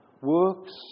works